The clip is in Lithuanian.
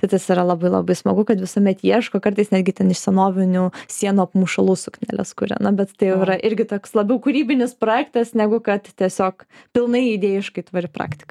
tai tas yra labai labai smagu kad visuomet ieško kartais netgi ten iš senovinių sienų apmušalų sukneles kuria na bet tai jau yra irgi toks labiau kūrybinis projektas negu kad tiesiog pilnai idėjiškai tvari praktika